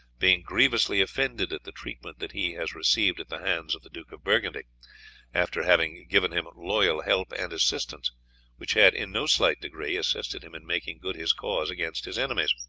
being grievously offended at the treatment that he has received at the hands of the duke of burgundy after having given him loyal help and assistance which had, in no slight degree, assisted him in making good his cause against his enemies.